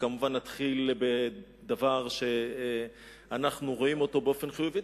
כמובן נתחיל בדבר שאנחנו רואים באופן חיובי,